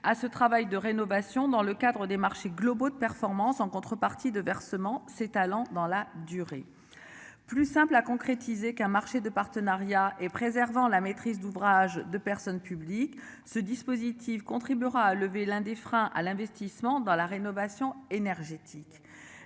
à ce travail de rénovation dans le cadre des marchés. Globaux de performance en contrepartie de versements ses talents dans la durée. Plus simple à concrétiser qu'un marché de partenariat et préservant la maîtrise d'ouvrage de personnes publiques ce dispositif contribuera à lever l'un des freins à l'investissement dans la rénovation énergétique.